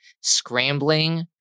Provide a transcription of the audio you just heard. scrambling